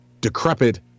decrepit